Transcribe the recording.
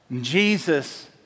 Jesus